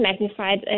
magnified